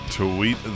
Tweet